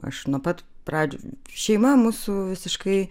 aš nuo pat pradžių šeima mūsų visiškai